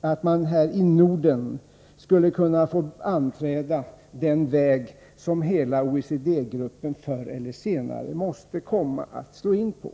att man här i Norden skulle kunna få anträda den väg som hela OECD-gruppen förr eller senare måste komma att slå in på.